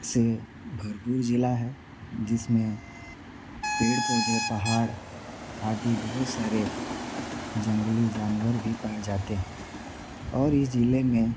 से भरपूर ज़िला है जिसमें पेड़ पौधे पहाड़ आदि बहुत सारे जंगली जानवर भी पाए जाते है और इस ज़िले में